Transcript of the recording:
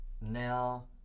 now